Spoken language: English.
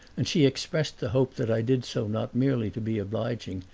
and she expressed the hope that i did so not merely to be obliging,